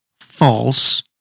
false